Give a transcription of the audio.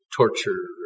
torture